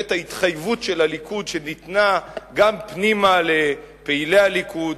ואת ההתחייבות של הליכוד שניתנה גם פנימה לפעילי הליכוד,